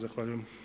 Zahvaljujem.